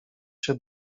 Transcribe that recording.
się